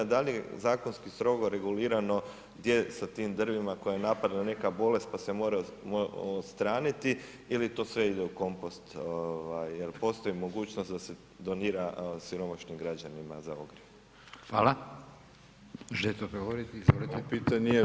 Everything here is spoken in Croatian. Da li je zakonski strogo regulirano gdje sa tim drvima koja napadne neka bolest pa se mora odstraniti ili to sve ide u kompost, je li postoji mogućnost da se donira siromašnim građanima za ogrjev?